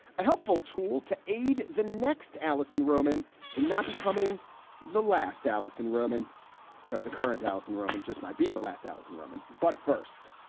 a helpful tool to aid the next allison roman in not becoming the last allison roman because the current allison roman just might be the last thousand roman but first,